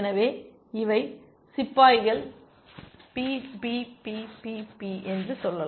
எனவே இவை சிப்பாய்கள் பி பி பி பி பி என்று சொல்லலாம்